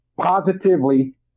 positively